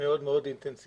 מאוד מאוד אינטנסיבית,